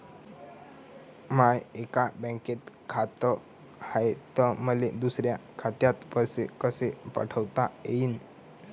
माय एका बँकेत खात हाय, त मले दुसऱ्या खात्यात पैसे कसे पाठवता येईन?